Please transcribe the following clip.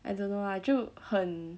I don't know lah 就很